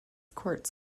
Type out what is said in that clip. courts